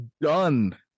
done